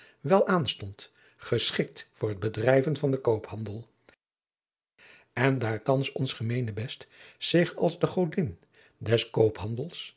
wel aanstond geschikt voor het drijven van den koophandel en daar thans ons gemeenebest zich als de godin des